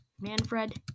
Manfred